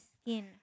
skin